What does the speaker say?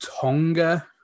Tonga